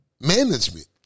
management